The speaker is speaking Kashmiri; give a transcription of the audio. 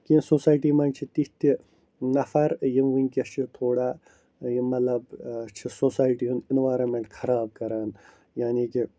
کیٚنٛہہ سوسایٹی منٛز چھِ تِتھ تہِ نَفر یِم وُنکٮ۪س چھِ تھوڑا یہِ مطلب چھِ سوسایٹی ہُند ایٚنورامیٚنٹ خراب کَران یعنی کہِ